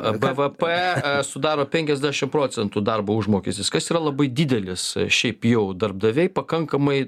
ar bvp sudaro penkiasdešim procentų darbo užmokestis kas yra labai didelis šiaip jau darbdaviai pakankamai